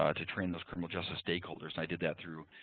ah to train those criminal justice stakeholders. i did that through,